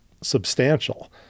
substantial